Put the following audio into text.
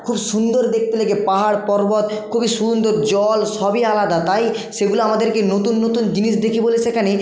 খুব সুন্দর দেখতে লাগে পাহাড় পর্বত খুবই সুন্দর জল সবই আলাদা তাই সেগুলো আমাদেরকে নতুন নতুন জিনিস দেখি বলে সেখানে